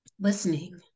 listening